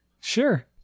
sure